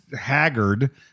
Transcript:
haggard